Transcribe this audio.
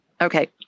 Okay